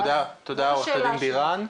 תודה עו"ד בירן.